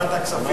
ועדת הכספים.